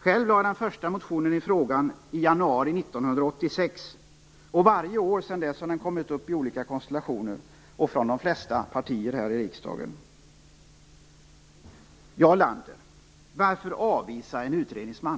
Själv lade jag fram den första motionen i frågan i januari 1986, och varje år sedan dess har den tagits upp i olika konstellationer och av de flesta partier här i riksdagen. Jarl Lander! Varför avvisa en utredningsman?